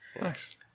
Nice